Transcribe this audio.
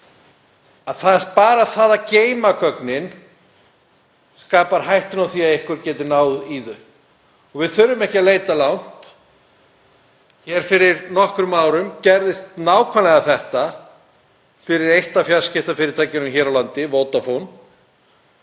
— bara það að geyma gögnin — hættu á því að einhver geti náð í þau. Við þurfum ekki að leita langt. Hér fyrir nokkrum árum kom nákvæmlega þetta fyrir eitt af fjarskiptafyrirtækjunum hér á landi, Vodafone,